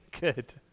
Good